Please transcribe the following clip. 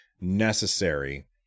necessary